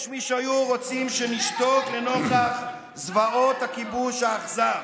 יש מי שהיו רוצים שנשתוק נוכח זוועות הכיבוש האכזר.